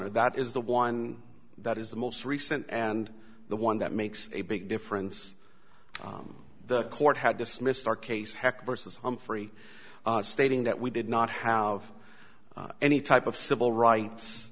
honor that is the one that is the most recent and the one that makes a big difference from the court had dismissed our case heck versus humphrey stating that we did not have any type of civil rights